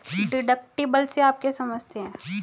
Deductible से आप क्या समझते हैं?